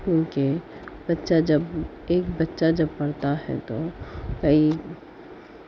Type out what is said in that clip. کیونکہ بچہ جب ایک بچہ جب پڑھتا ہے تو کئی